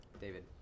David